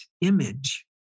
image